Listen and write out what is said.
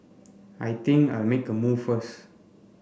I think I'll make a move first